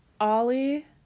Ollie